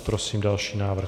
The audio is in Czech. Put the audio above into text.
Prosím další návrh.